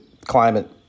climate